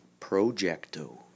Projecto